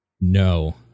No